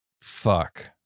Fuck